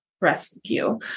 Rescue